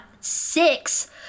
six